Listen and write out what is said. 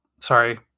Sorry